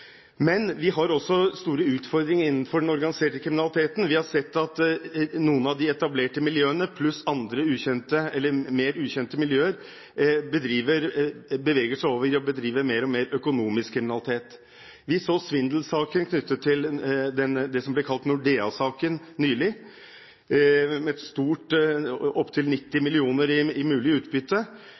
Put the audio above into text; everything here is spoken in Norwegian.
Men vi har også store utfordringer innenfor den organiserte kriminaliteten. Vi har sett at noen av de etablerte miljøene pluss andre, mer ukjente, miljøer beveger seg over i å bedrive mer og mer økonomisk kriminalitet. Vi så svindelsaker knyttet til det som ble kalt Nordea-saken nylig, med et stort utbytte – opptil 90 mill. kr i mulig utbytte.